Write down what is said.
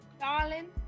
Darling